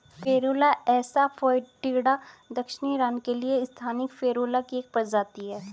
Ferula assa foetida दक्षिणी Iran के लिए स्थानिक फेरुला की एक प्रजाति है